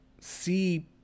see